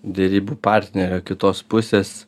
derybų partnerio kitos pusės